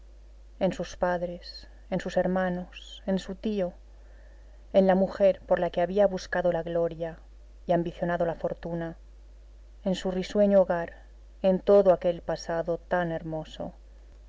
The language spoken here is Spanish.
en sus padres en sus hermanos en su tío en la mujer por la que había buscado la gloria y ambicionado la fortuna en su risueño hogar en todo aquel pasado tan hermoso